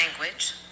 language